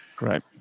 Right